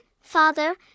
father